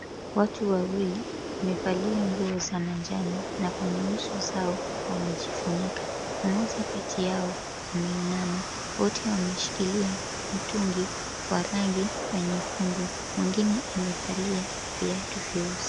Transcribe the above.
Watu wawili wamevalia nguo za manjano na kwenye uso zao wamejifunika, mmoja kati yao ameinama. Wote wameshikilia mtungi wa rangi ya nyekundu, mwingine amevalia viatu vyeusi.